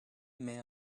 may